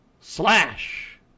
slash